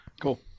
cool